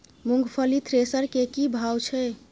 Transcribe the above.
मूंगफली थ्रेसर के की भाव छै?